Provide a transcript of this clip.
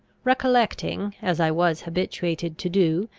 recollecting, as i was habituated to do,